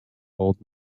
old